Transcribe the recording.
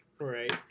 right